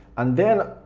and then,